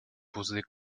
posée